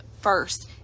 first